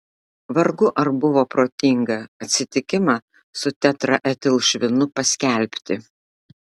vargu ar buvo protinga atsitikimą su tetraetilšvinu paskelbti